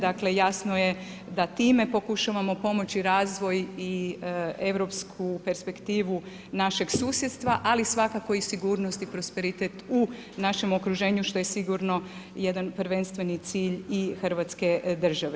Dakle jasno je da time pokušavamo pomoći razvoj i europsku u perspektivu našeg susjedstva, ali svakako i sigurnost i prosperitet u našem okruženju što je sigurno jedan prvenstveni cilj i Hrvatske države.